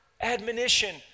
admonition